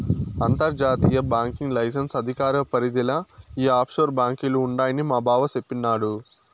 అంతర్జాతీయ banking licence అధికార పరిదిల ఈ ఆప్షోర్ బాంకీలు ఉండాయని మాబావ సెప్పిన్నాడు